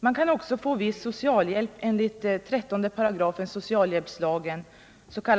Man kan också få viss socialhjälp enligt 13 § socialhjälpslagen,s.k.